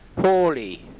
Holy